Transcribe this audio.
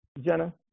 Jenna